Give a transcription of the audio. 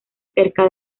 cerca